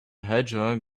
hedgehog